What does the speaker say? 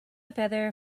feather